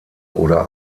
oder